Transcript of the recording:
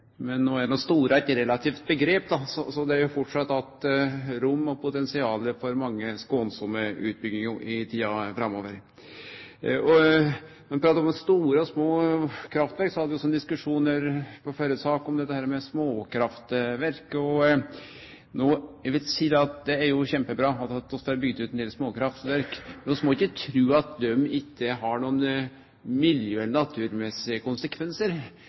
Men no er jo «store» eit relativt omgrep, så det er framleis att rom og potensial for mange skånsame utbyggingar i tida framover. Når ein pratar om store og små kraftverk, hadde vi ein diskusjon i førre sak om dette med småkraftverk. Det er kjempebra at vi får bygd ut ein del småkraftverk, men vi må ikkje tru at dei ikkje har miljø- eller naturmessige konsekvensar.